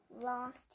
Lost